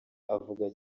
avuga